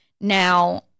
Now